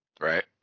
Right